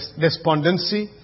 despondency